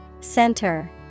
Center